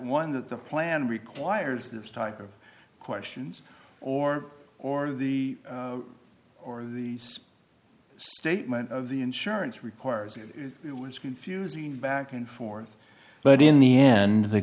one that the plan requires this type of questions or or the or the some statement of the insurance requires it it was confusing back and forth but in the end the